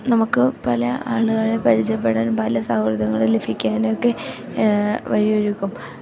നമുക്ക് പല ആളുകളെ പരിചയപ്പെടാനും പല സൗഹൃദങ്ങളും ലഭിക്കാനൊക്കെ വഴിയൊരുക്കും